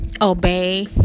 obey